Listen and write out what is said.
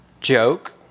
joke